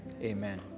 Amen